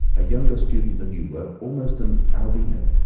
a younger student than you were, almost an albino,